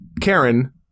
Karen